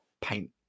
paint